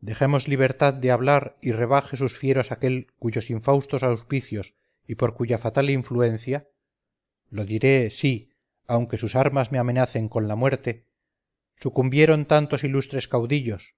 dejemos libertad de hablar y rebaje sus fieros aquel cuyos infaustos auspicios y por cuya fatal influencia lo diré sí aunque sus armas me amenacen con la muerte sucumbieron tantos ilustres caudillos